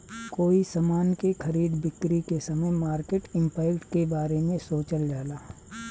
कोई समान के खरीद बिक्री के समय मार्केट इंपैक्ट के बारे सोचल जाला